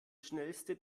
schnellste